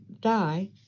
die